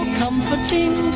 comforting